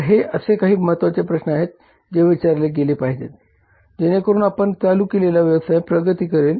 तर हे असे काही महत्वाचे प्रश्न आहेत जे विचारले गेले पाहिजेत जेणेकरून आपण चालू केलेला व्यवसाय प्रगती करेल